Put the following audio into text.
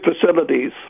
facilities